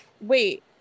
Wait